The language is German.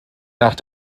nach